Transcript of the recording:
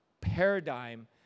paradigm